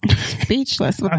Speechless